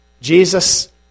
Jesus